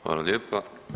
Hvala lijepa.